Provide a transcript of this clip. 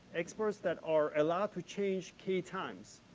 experts that are allowed to changed key times.